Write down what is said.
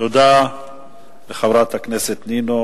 תודה לחברת הכנסת נינו